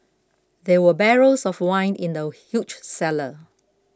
there were barrels of wine in the huge cellar